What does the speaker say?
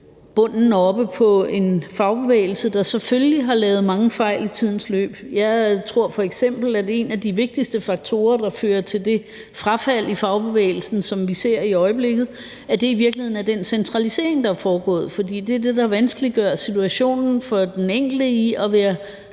bunden oppe på en fagbevægelse, der selvfølgelig har lavet mange fejl i tidens løb. Jeg tror f.eks., at en af de vigtigste faktorer, der fører til det frafald i fagbevægelsen, som vi ser i øjeblikket, i virkeligheden er den centralisering, der er foregået, for det er det, der vanskeliggør situationen for den enkelte i forhold